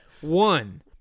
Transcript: one